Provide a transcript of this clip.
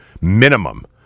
minimum